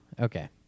Okay